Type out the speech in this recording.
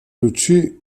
luči